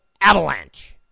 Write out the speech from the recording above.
avalanche